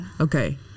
okay